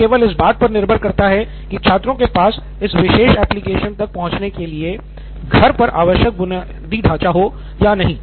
यह केवल इस बात पर निर्भर करता है कि छात्रों के पास इस विशेष एप्लिकेशन तक पहुंचने के लिए घर पर आवश्यक बुनियादी ढाँचा है या नहीं